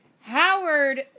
Howard